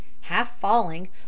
half-falling